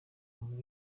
muri